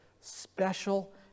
special